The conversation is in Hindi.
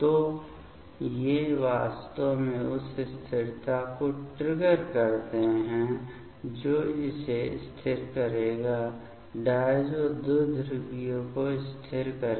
तो ये वास्तव में उस स्थिरता को ट्रिगर करते हैं जो इसे स्थिर करेगा डायजो द्विध्रुवीय को स्थिर करें